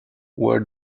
where